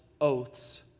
oaths